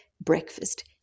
breakfast